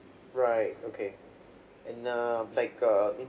right okay and uh like err in